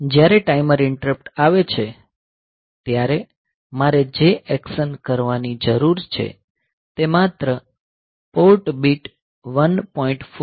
જ્યારે timer interrupt આવે છે ત્યારે મારે જે એક્શન કરવાની જરૂર છે તે માત્ર પોર્ટ બીટ 1